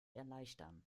erleichtern